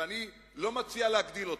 אני לא מציע להגדיל אותו.